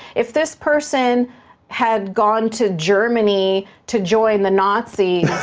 if this person had gone to germany to join the nazis,